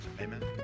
Amen